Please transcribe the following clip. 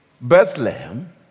Bethlehem